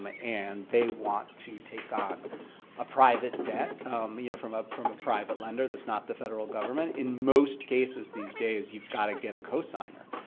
um ah and they want to take on a private debt i mean from ah from a private lender that's not the federal government, in most cases these days you've got to get a co-signer.